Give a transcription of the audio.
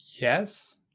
yes